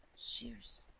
shears.